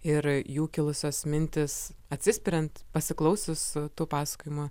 ir jų kilusios mintis atsispiriant pasiklausius tų pasakojimų